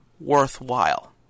worthwhile